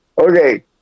Okay